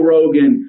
Rogan